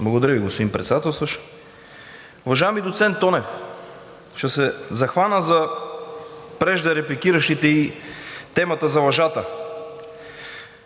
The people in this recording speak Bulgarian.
Благодаря Ви, господин Председателстващ. Уважаеми доцент Тонев, ще се захвана за преждерепликиращите и темата за лъжата.